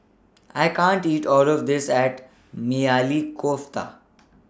I can't eat All of This At Maili Kofta